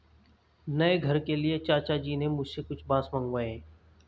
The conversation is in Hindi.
नए घर के लिए चाचा जी ने मुझसे कुछ बांस मंगाए हैं